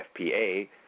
FPA